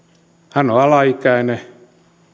hän on alaikäinen